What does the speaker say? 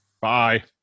Bye